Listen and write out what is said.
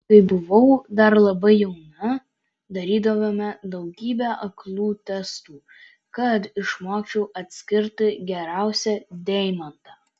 kai buvau dar labai jauna darydavome daugybę aklų testų kad išmokčiau atskirti geriausią deimantą